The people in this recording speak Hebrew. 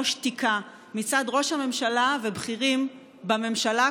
או שתיקה מצד ראש הממשלה ובכירים בממשלה,